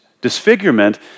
disfigurement